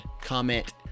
comment